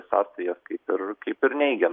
sąsajas kaip ir kaip ir neigia